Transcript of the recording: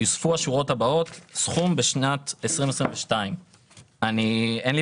יוספו השורות הבאות סכום בשנת 2022. אין לי